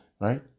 right